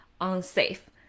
unsafe